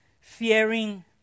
fearing